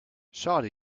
shawty